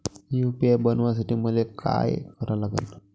UPI बनवासाठी मले काय करा लागन?